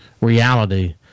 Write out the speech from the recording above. reality